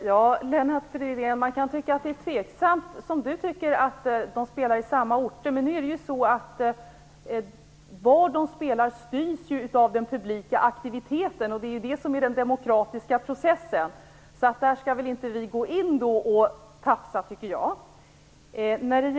Fru talman! Man kan, som Lennart Fridén, ifrågasätta att de olika teatrarna skall spela i samma orter, men var Riksteatern spelar styrs ju av den publika aktiviteten - det är det som är den demokratiska processen. Jag tycker därför inte att vi skall gå in och tafsa på det.